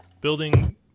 building